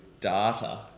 data